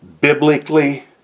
biblically